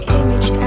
image